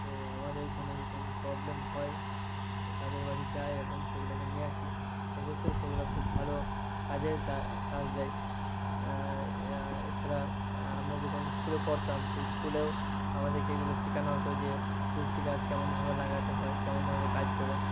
তো আমাদের কোনো যখন প্রবলেম হয় তাদের বাড়ি যাই এবং সেগুলোকে নিয়ে আসি অবশ্যই সেগুলো খুব ভালো কাজের কাজ দেয় এছাড়া আমরা যখন ইস্কুলে পড়তাম সেই ইস্কুলেও আমাদেরকে এগুলো শেখানো হতো যে তুলসী গাছ কেমন ভাবে লাগাতে হয় কেমন ভাবে কাজ করে